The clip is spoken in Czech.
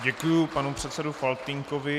Děkuji panu předsedovi Faltýnkovi.